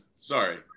Sorry